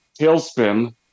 tailspin